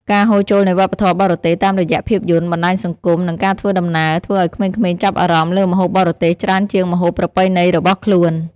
ការហូរចូលនៃវប្បធម៌បរទេស តាមរយៈភាពយន្ត បណ្ដាញសង្គម និងការធ្វើដំណើរ ធ្វើឱ្យក្មេងៗចាប់អារម្មណ៍លើម្ហូបបរទេសច្រើនជាងម្ហូបប្រពៃណីរបស់ខ្លួន។